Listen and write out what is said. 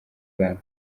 zabo